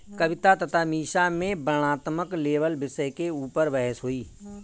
कविता तथा मीसा में वर्णनात्मक लेबल विषय के ऊपर बहस हुई